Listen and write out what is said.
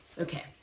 Okay